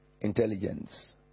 intelligence